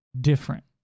different